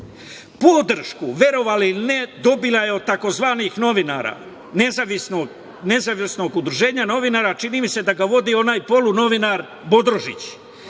Podršku, verovali ili ne, dobila je od tzv. novinara Nezavisnog udruženja novinara, čini mi se da ga vodi onaj polunovinar Bodružić,